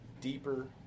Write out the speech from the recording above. deeper